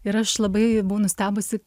ir aš labai buvau nustebusi